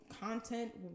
content